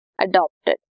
adopted